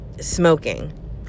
smoking